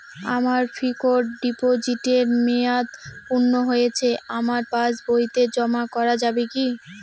আমার ফিক্সট ডিপোজিটের মেয়াদ পূর্ণ হয়েছে আমার পাস বইতে জমা করা যাবে কি?